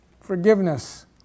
Forgiveness